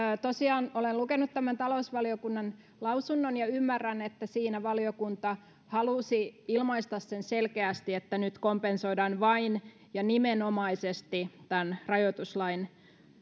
tosiaan olen lukenut tämän talousvaliokunnan lausunnon ja ymmärrän että siinä valiokunta halusi ilmaista selkeästi sen että nyt kompensoidaan vain ja nimenomaisesti tämän rajoituslain